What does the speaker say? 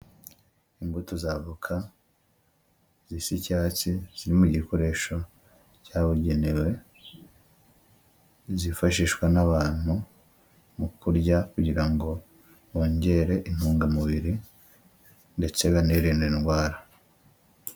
Imbuto z'avoka zisa icyatsi ziri mu gikoresho cyabugenewe, zifashishwa n'abantu mu kurya kugira ngo bongere intungamubiri ndetse banirinde indwara.